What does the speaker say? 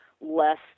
less